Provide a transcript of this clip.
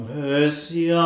mercy